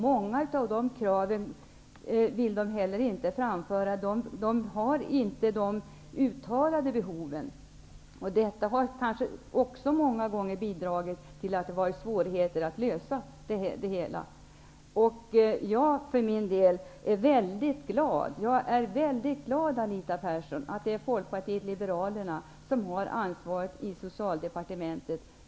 Många av de kraven vill de heller inte framföra. De har inte de uttalade behoven. Detta har många gånger bidragit till att det har varit svårt att lösa det hela. Jag är väldigt glad, Anita Persson, att det är Folkpartiet liberalerna som har ansvaret i Socialdepartementet.